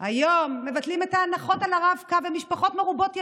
היום מבטלים את ההנחות על הרב-קו למשפחות מרובות ילדים.